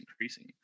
increasing